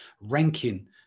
ranking